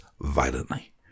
violently